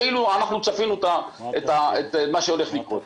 כאילו אנחנו צפינו את מה שהולך לקרות.